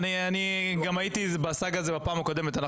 הייתי בסאגה הזאת גם בפעם הקודמת,